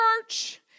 church